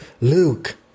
Luke